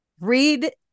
read